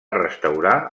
restaurar